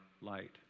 light